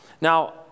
Now